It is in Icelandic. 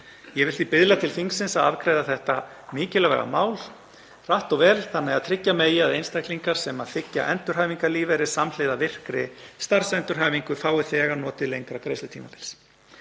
Ég vil því biðla til þingsins að afgreiða þetta mikilvæga mál hratt og vel þannig að tryggja megi að einstaklingar sem þiggja endurhæfingarlífeyri samhliða virkri starfsendurhæfingu fái þegar notið lengra greiðslutímabils.